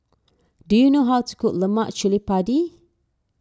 do you know how to cook Lemak Cili Padi